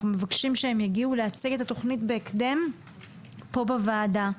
אנחנו מבקשים שהם יגיעו להציג את התוכנית בהקדם פה בוועדה.